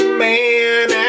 man